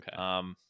okay